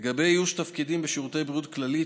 לגבי איוש תפקידים בשירותי בריאות כללית,